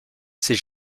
ces